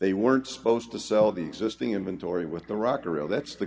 they weren't supposed to sell the existing inventory with the rocker oh that's the